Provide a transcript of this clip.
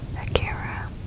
Akira